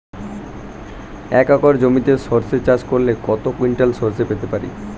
এক একর জমিতে সর্ষে চাষ করলে কত কুইন্টাল সরষে পেতে পারি?